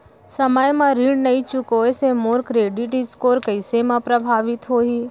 समय म ऋण नई चुकोय से मोर क्रेडिट स्कोर कइसे म प्रभावित होही?